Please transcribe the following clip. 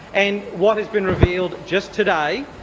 and what has been revealed just today,